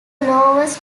lowest